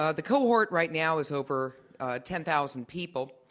ah the cohort right now is over ten thousand people,